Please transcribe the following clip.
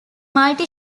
multi